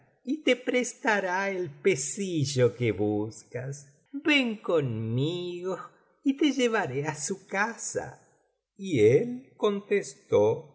y te prestará el pesillo que buscas ven conmigo y te llevaré á su casa y ól contestó